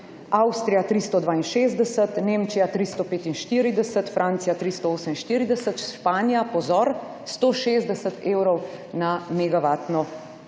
Avstrija 362, Nemčija 345, Francija 348, Španija, pozor!, ima 160 evrov na MWh.